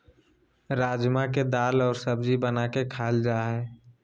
राजमा के दाल और सब्जी बना के खाल जा हइ